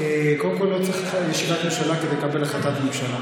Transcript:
קודם כול לא צריך בכלל ישיבת ממשלה כדי לקבל החלטת ממשלה.